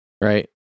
Right